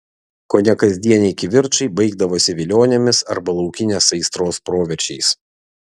kone kasdieniai kivirčai baigdavosi vilionėmis arba laukinės aistros proveržiais